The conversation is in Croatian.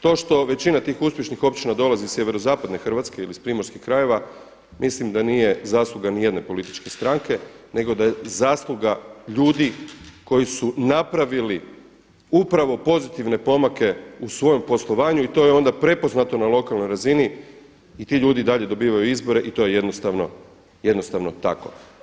To što većina tih uspješnih općina dolazi iz sjeverozapadne Hrvatske ili iz primorskih krajeva mislim da nije zasluga ni jedne političke stranke nego da je zasluga ljudi koji su napravili upravo pozitivne pomake u svom poslovanju i to je onda prepoznato na lokalnoj razini i ti ljudi i dalje dobivaju izbore i to je jednostavno tako.